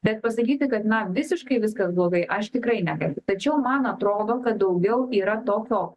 bet pasakyti kad na visiškai viskas blogai aš tikrai negaliu tačiau man atrodo kad daugiau yra tokio